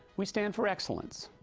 we stand for excellence.